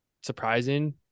surprising